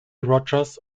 rogers